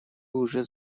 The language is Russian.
уже